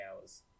hours